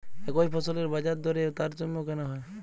একই ফসলের বাজারদরে তারতম্য কেন হয়?